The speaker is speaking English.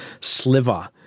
sliver